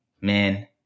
man